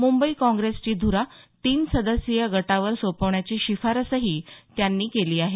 मुंबई काँग्रेसची धुरा तीन सदस्यीय गटावर सोपवण्याची शिफारसही त्यांनी केली आहे